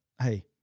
hey